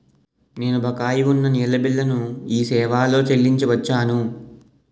నేను బకాయి ఉన్న నీళ్ళ బిల్లును ఈ సేవాలో చెల్లించి వచ్చాను